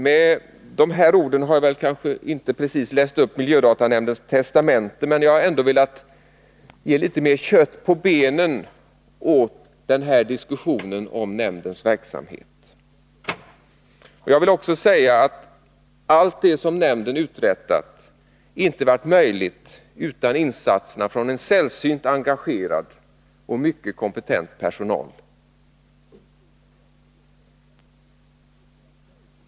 Med de här orden har jag väl inte precis läst upp miljödatanämndens testamente, men jag har velat ge litet mera kött på benen åt diskussionen om nämndens verksamhet. Jag vill också säga att allt det som nämnden har uträttat inte hade varit möjligt utan insatserna från en sällsynt engagerad och mycket kompetent personal.